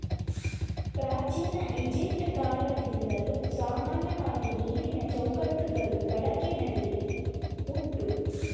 ಪ್ರಾಚೀನ ಈಜಿಪ್ಟ್ ಕಾಲದಿಂದಲೂ ಸಾಮಾನ್ಯವಾಗಿ ನೀರಿನ ಚೌಕಟ್ಟುಗಳು ಬಳಕೆನಲ್ಲಿ ಉಂಟು